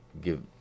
give